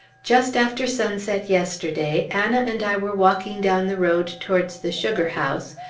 just after sunset yesterday, anna and i were walking down the road towards the sugar-house,